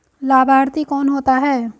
लाभार्थी कौन होता है?